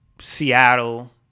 Seattle